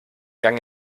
gang